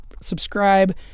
subscribe